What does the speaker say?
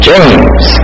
James